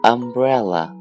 Umbrella